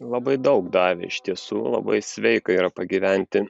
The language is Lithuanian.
labai daug davė iš tiesų labai sveika yra pagyventi